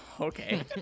Okay